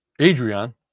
Adrian